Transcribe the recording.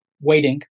waiting